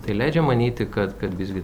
tai leidžia manyti kad kad visgi